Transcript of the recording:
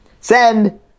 Send